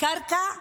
קרקע לבנייה,